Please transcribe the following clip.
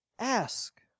Ask